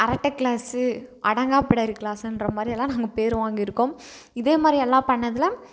அரட்டை கிளாஸு அடங்காப்பிடாரி கிளாஸுன்ற மாதிரியெல்லாம் நாங்கள் பேர் வாங்கியிருக்கோம் இதேமாதிரி எல்லாம் பண்ணதில்